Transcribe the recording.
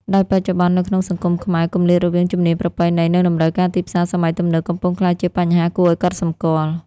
ដោយបច្ចុប្បន្ន នៅក្នុងសង្គមខ្មែរ គម្លាតរវាងជំនាញប្រពៃណី និងតម្រូវការទីផ្សារសម័យទំនើបកំពុងក្លាយជាបញ្ហាគួរឱ្យកត់សម្គាល់។